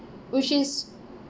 which is